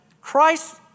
Christ